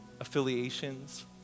affiliations